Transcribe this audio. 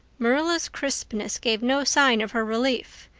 marilla's crispness gave no sign of her relief.